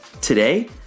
Today